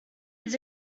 his